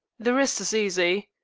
the rest is easy.